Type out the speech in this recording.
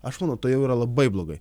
aš manau tai jau yra labai blogai